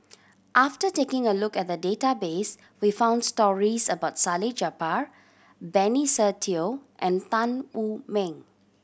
after taking a look at the database we found stories about Salleh Japar Benny Se Teo and Tan Wu Meng